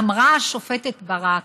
אמרה השופטת ברק: